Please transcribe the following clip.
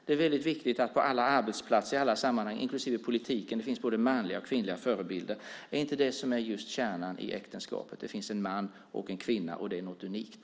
Det är väldigt viktigt att det på alla arbetsplatser och i alla sammanhang, inklusive politiken, finns både manliga och kvinnliga förebilder. Är det inte just det som är kärnan i äktenskapet? Det finns en man och en kvinna, och det är något unikt.